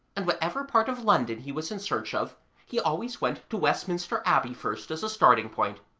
and whatever part of london he was in search of he always went to westminster abbey first as a starting-point.